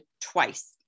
twice